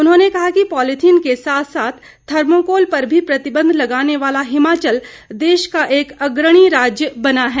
उन्होंने कहा कि पॉलीथीन के साथ साथ थर्मोकोल पर भी प्रतिबंध लगाने वाला हिमाचल देश का एक अग्रणी राज्य बना है